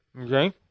okay